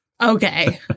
Okay